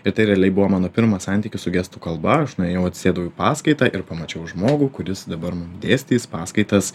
ir tai realiai buvo mano pirmas santykis su gestų kalba aš nuėjau atsisėdau į paskaitą ir pamačiau žmogų kuris dabar mum dėstys paskaitas